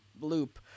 loop